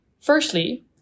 Firstly